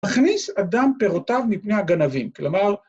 מכניס אדם פירותיו מפני הגנבים, כלומר...